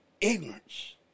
ignorance